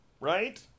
Right